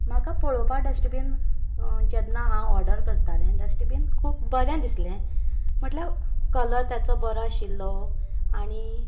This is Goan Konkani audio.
म्हाका पळोवपा डस्टबीन जेन्ना हांव ऑर्डर करताले डस्टबीन खूब बरें दिसले म्हटल्यार कलर तेचो बरो आशिल्लो आनी